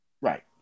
Right